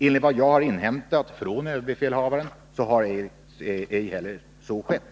Enligt vad jag har inhämtat från överbefälhavaren har så ej heller skett.